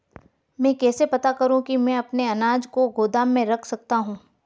मैं कैसे पता करूँ कि मैं अपने अनाज को गोदाम में रख सकता हूँ?